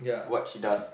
what she does